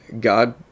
God